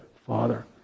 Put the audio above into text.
Father